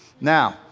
Now